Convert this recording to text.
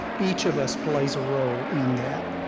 each of us plays a role in that.